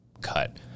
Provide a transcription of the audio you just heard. cut